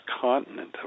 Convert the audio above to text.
continent